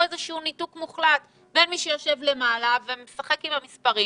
איזשהו ניתוק מוחלט בין מי שיושב למעלה ומשחק עם המספרים